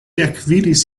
ekvidis